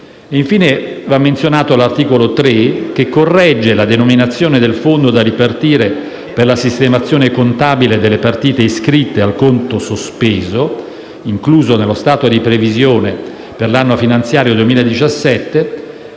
Infine, va menzionato l'articolo 3 del provvedimento, che corregge la denominazione del fondo da ripartire per la sistemazione contabile delle partite iscritte al conto sospeso incluso nello stato di previsione per l'anno finanziario 2017,